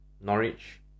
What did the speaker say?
Norwich